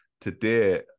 today